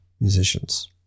musicians